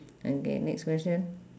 okay next question